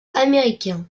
américain